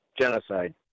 Genocide